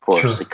sure